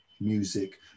music